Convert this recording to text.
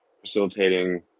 facilitating